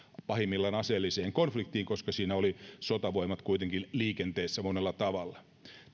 pahimmillaan jopa aseelliseen konfliktiin koska siinä olivat sotavoimat kuitenkin liikenteessä monella tavalla